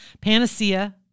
Panacea